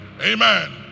Amen